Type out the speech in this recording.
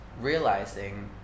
realizing